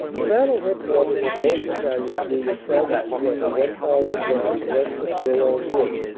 the battle headquarters of both battalions being established together one thousand yards west of bourlon wood.